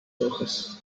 hojas